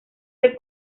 del